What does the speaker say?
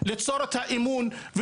ליצור את האמון,